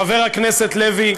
חבר הכנסת לוי,